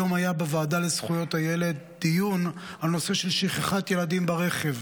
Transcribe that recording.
היום בוועדה לזכויות הילד התקיים דיון בנושא שכחת ילדים ברכב.